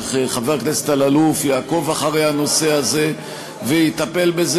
שחבר הכנסת אלאלוף יעקוב אחרי הנושא הזה ויטפל בזה.